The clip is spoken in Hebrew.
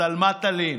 אז על מה תלין?